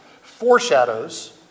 foreshadows